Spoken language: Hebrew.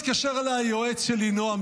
התקשר אליי היועץ שלי נועם,